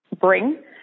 bring